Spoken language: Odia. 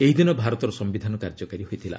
ଏହି ଦିନ ଭାରତର ସମ୍ଭିଧାନ କାର୍ଯ୍ୟକାରୀ ହୋଇଥିଲା